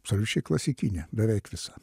absoliučiai klasikinė beveik visa